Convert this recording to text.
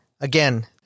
again